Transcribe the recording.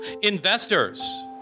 Investors